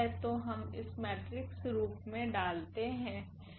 तो हम इस मैट्रिक्स रूप में डालते हैं